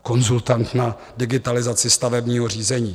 Konzultant na digitalizaci stavebního řízení.